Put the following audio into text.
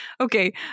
Okay